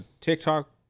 TikTok